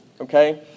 Okay